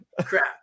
Crap